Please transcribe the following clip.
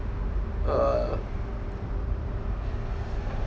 err